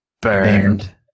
Burned